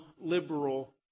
liberal